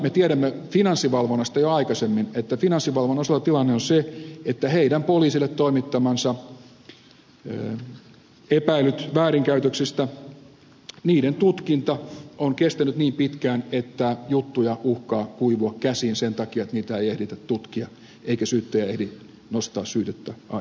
me tiedämme finanssivalvonnasta jo aikaisemmin että finanssivalvonnan osalta tilanne on se että heidän poliisille toimittamiensa väärinkäytösepäilyjen tutkinta on kestänyt niin pitkään että juttuja uhkaa kuivua käsiin sen takia että niitä ei ehditä tutkia eikä syyttäjä ehdi nostaa syytettä ajoissa